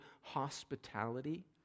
hospitality